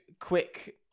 Quick